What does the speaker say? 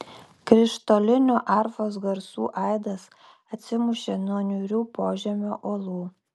krištolinių arfos garsų aidas atsimušė nuo niūrių požemio uolų